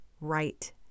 right